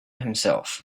himself